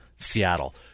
Seattle